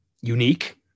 unique